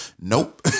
Nope